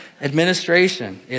Administration